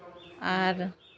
ᱟᱨ